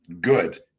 good